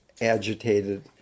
agitated